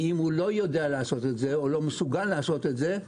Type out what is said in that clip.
ואם הוא לא יודע לעשות את זה או לא מסוגל לעשות את זה,